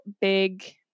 big